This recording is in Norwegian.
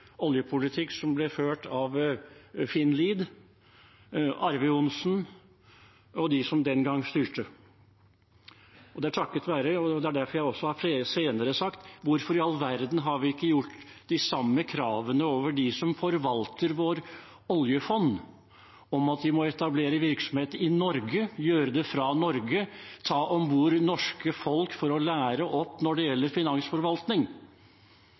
oljepolitikk som ble ført av Finn Lied, Arve Johnsen og de som den gang styrte. Det er takket være dem jeg derfor også senere har sagt: Hvorfor i all verden har vi ikke stilt de samme kravene overfor dem som forvalter vårt oljefond, om at de må etablere virksomhet i Norge, gjøre det fra Norge, ta om bord norske folk for å lære dem opp